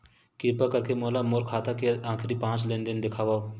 किरपा करके मोला मोर खाता के आखिरी पांच लेन देन देखाव